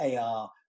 AR